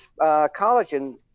collagen